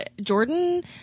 Jordan